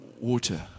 water